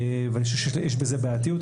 ואני חושב שיש בזה בעייתיות.